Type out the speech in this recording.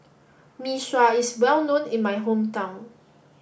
Mee Sua is well known in my hometown